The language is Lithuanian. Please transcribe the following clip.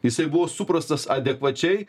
jisai buvo suprastas adekvačiai